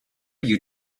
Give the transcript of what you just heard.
you